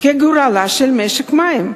כגורלו של משק המים.